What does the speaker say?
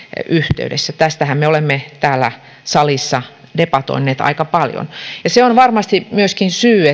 yhteydessä tästähän me olemme täällä salissa debatoineet aika paljon se on varmasti myöskin syy